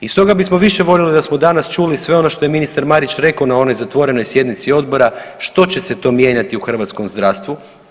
I stoga bismo više voljeli da smo danas čuli sve ono što je ministar Marić rekao na onoj zatvorenoj sjednici odbora što će se to mijenjati u hrvatskom zdravstvu.